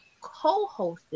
co-hosted